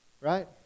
Right